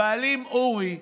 הבעלים, אורי,